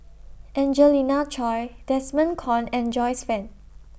Angelina Choy Desmond Kon and Joyce fan